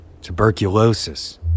Tuberculosis